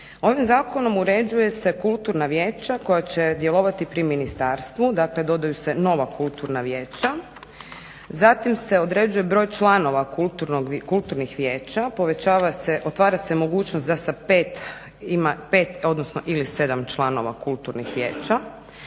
Ovim zakonom uređuje se kulturna vijeća koja će djelovati pri ministarstvu. Dakle, dodaju se nova kulturna vijeća. Zatim se određuje broj članova kulturnih vijeća, otvara se mogućnost da sa pet ima odnosno ili sedam članova kulturnih vijeća,